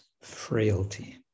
frailty